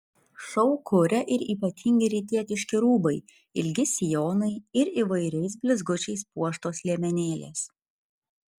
šou kuria ir ypatingi rytietiški rūbai ilgi sijonai ir įvairiais blizgučiais puoštos liemenėlės